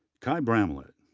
kai bramlett,